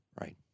Right